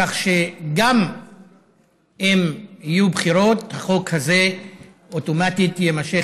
כך שגם אם יהיו בחירות החוק הזה אוטומטית יימשך